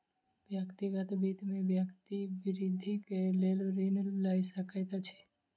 व्यक्तिगत वित्त में व्यक्ति वृद्धि के लेल ऋण लय सकैत अछि